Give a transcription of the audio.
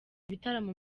ibitaramo